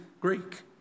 Greek